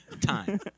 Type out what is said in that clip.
time